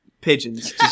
pigeons